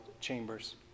Chambers